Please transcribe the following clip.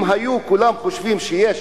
אם היו כולם חושבים שיש